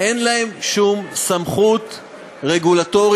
אין להן שום סמכות רגולטורית,